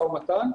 למשא ומתן.